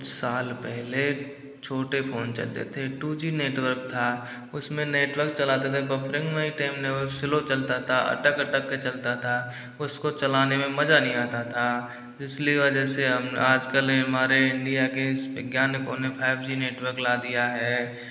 कुछ साल पहले छोटे फोन चलते थे टू जी नेटवर्क था उसमें नेटवर्क चलाते थे बफरिंग में ही नेटवर्क स्लो चलता था अटक अटक के चलता था उसको चलाने में मज़ा नहीं आता था जिसली वजह से हम आजकल हमारे इंडिया के वैज्ञानिकों ने फाइव जी नेटवर्क ला दिया है